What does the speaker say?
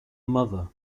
mother